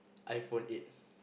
iPhone it's